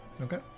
Okay